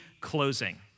closing